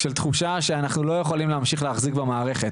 של תחושה שאנחנו לא יכולים להמשיך להחזיק במערכת.